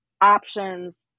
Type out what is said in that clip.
options